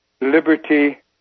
liberty